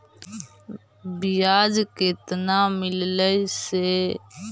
बियाज केतना मिललय से?